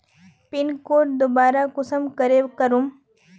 Pin code दोबारा कुंसम करे करूम?